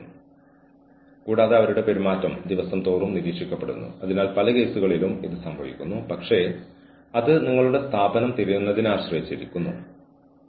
ഓഫീസിലെ ജീവനക്കാരുടെ ഔട്ട്പുട്ടിനെ ബാധിക്കുന്നില്ലെങ്കിൽ ഓഫീസിൽ നടക്കുന്ന ജോലിയെ ഇത് ബാധിക്കുന്നില്ലെങ്കിൽ ഉൾപ്പെട്ട ആളുകളുടെ വ്യക്തിജീവിതത്തിൽ ഇടപെടുന്നത് എന്ത് ഉദ്ദേശ്യത്തോടെയാണെന്ന് എനിക്കറിയില്ല